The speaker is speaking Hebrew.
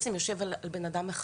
בעצם יושב על בן אדם אחד.